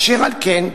אשר על כן,